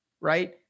Right